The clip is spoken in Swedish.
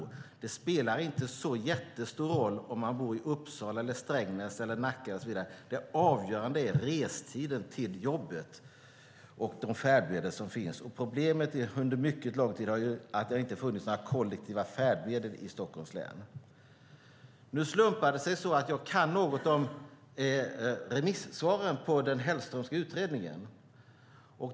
Det spelar inte så jättestor roll om man bor i Uppsala, Strängnäs, Nacka och så vidare, utan det avgörande är restiden till jobbet och de färdmedel som finns. Problemet har under mycket lång tid varit att det inte har funnits några kollektiva färdmedel i Stockholms län. Nu slumpar det sig så att jag kan något om remissvaren på den Hellströmska utredningen.